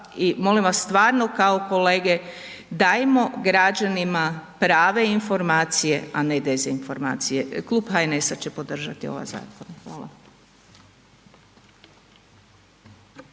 molim vas stvarno kao kolege dajmo građanima prave informacije, a ne dezinformacije. Klub HNS-a će podržati ovaj zakon. Hvala.